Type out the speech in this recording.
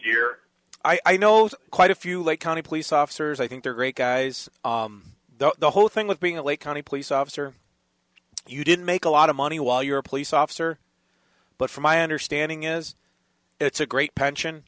year i knows quite a few lake county police officers i think they're great guys the whole thing with being a lake county police officer you didn't make a lot of money while you're a police officer but from my understanding is it's a great pension